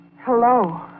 Hello